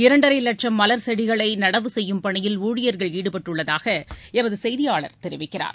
இரண்டரை லட்சம் மலர் செடிகளை நடவு செய்யும் பணியில் ஊழியர்கள் ஈடுபட்டுள்ளதாக எமது செய்தியாளர் தெரிவிக்கிறார்